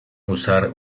usar